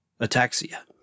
ataxia